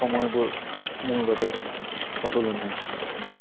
সময়বোৰ মোৰ বাবে অতুলনীয়